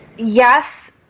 Yes